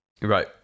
Right